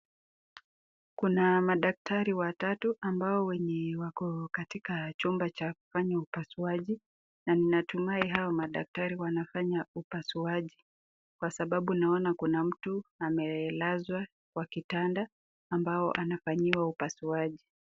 Kuna madaktari watatu ambao wenye wako katika chumba cha kufanya upasuaji, na natumai hawa madaktari wanafanya upasuaji kwa sababu naona kuna mtu amelazwa kwa kitanda ambao anafanyiwa upasuaji.